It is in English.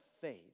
faith